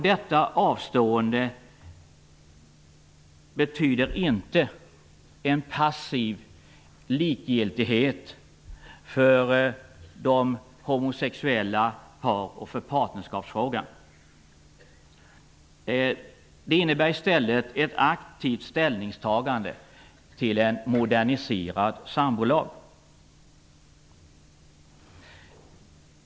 Detta avstående betyder inte en passiv likgiltighet för homosexuella par och för partnerskapsfrågan. Det innebär i stället ett aktivt ställningstagande till en moderniserad sambolag.